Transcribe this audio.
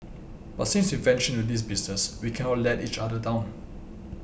but since we ventured into this business we cannot let each other down